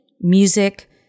music